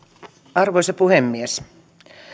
arvoisa puhemies